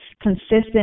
consistent